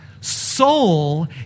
soul